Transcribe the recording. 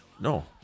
No